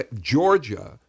Georgia